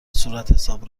صورتحساب